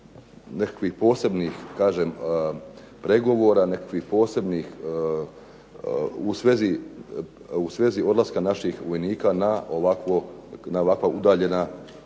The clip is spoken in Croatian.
nekakvih posebnih pregovora, nekakvih posebnih u svezi odlaska naših vojnika na ovakva udaljena područja.